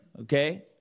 okay